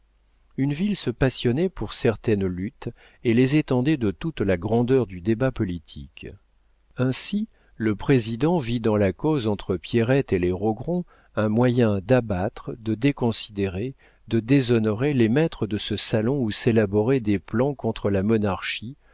une ville se passionnait pour certaines luttes et les étendait de toute la grandeur du débat politique ainsi le président vit dans la cause entre pierrette et les rogron un moyen d'abattre de déconsidérer de déshonorer les maîtres de ce salon où s'élaboraient des plans contre la monarchie